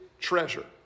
treasure